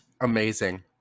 Amazing